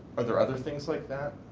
are there other things like that,